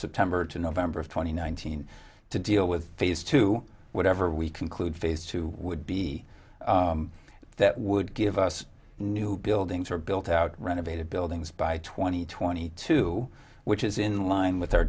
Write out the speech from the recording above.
september to november of twenty nine hundred to deal with phase two whatever we conclude phase two would be that would give us new buildings are built out renovated buildings by twenty twenty two which is in line with our